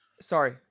Sorry